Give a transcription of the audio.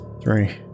Three